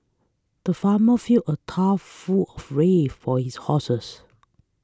the farmer filled a tough full of ray for his horses